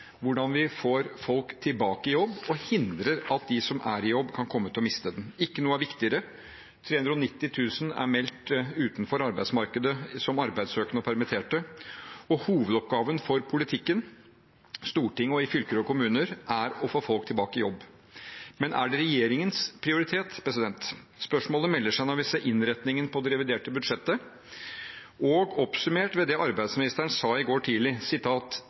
hvordan vi får folk tilbake i jobb, og hvordan vi hindrer at de som er i jobb, kan komme til å miste den. Ikke noe er viktigere. 390 000 er meldt utenfor arbeidsmarkedet, som arbeidssøkende og permitterte. Hovedoppgaven for politikken, i Stortinget og i fylker og kommuner, er å få folk tilbake i jobb. Men er det regjeringens prioritet? Spørsmålet melder seg når vi ser innretningen på det reviderte budsjettet, oppsummert ved det arbeidsministeren sa i går tidlig: